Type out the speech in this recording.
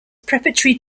preparatory